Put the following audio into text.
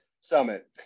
Summit